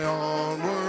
onward